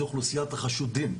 היא אוכלוסיית החשודים,